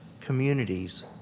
communities